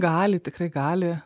gali tikrai gali